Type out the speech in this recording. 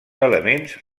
elements